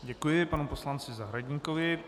Děkuji panu poslanci Zahradníkovi.